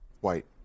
White